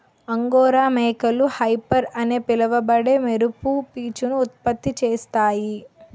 angora మేకలు mohair అని పిలువబడే మెరుపు పీచును ఉత్పత్తి చేస్తాయి